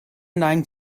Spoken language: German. neigen